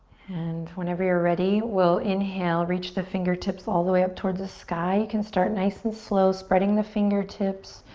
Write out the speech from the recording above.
and whenever you're ready we'll inhale reach the fingertips all the way up towards the sky. you can start nice and slow spreading the fingertips,